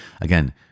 Again